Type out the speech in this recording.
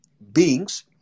beings